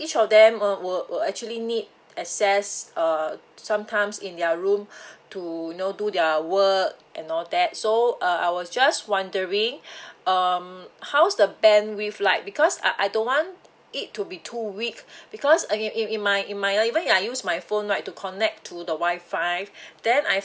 each of them um will will actually need access uh sometimes in their room to you know do their work and all that so uh I was just wondering um how's the bandwidth like because I I don't want it to be too weak because uh in in in my in my even I use my phone right to connect to the wi-fi then I